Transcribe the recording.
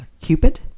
cupid